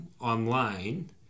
online